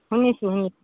শুনিছোঁ শুনিছোঁ